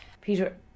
Peter